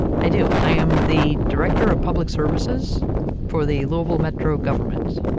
i do. i am the director of public services for the louisville metro government.